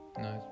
Nice